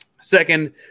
Second